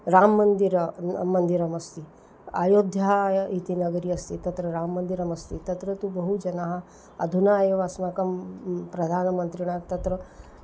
राममन्दिरं मन्दिरमस्ति अयोध्या इति नगरी अस्ति तत्र राममन्दिरमस्ति तत्र तु बहु जनाः अधुना एव अस्माकं प्रधानमन्त्रिणा तत्र